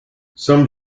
some